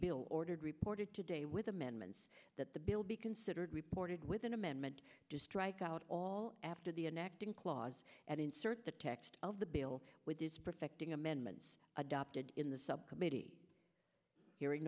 bill ordered reported today with amendments that the bill be considered reported with an amendment to strike out all after the enacting clause and insert the text of the bill with perfecting amendments adopted in the subcommittee hearing